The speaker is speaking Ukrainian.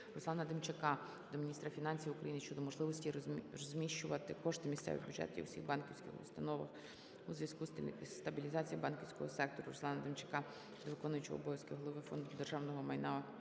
Руслана Демчака до міністра фінансів України щодо можливості розміщувати кошти місцевих бюджетів у всіх банківських установах у зв'язку з стабілізацією банківського сектору. Руслана Демчака до виконуючого обов'язки голови Фонду державного майна